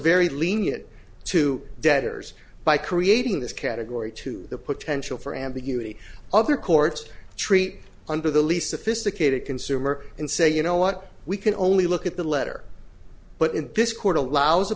very lenient to debtors by creating this category to the potential for ambiguity other courts treat under the least sophisticated consumer and say you know what we can only look at the letter but in this court allows a